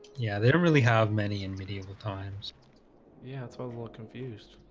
yeah, they don't really have many in medieval times yeah, it's all the more confused